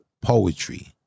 poetry